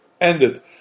ended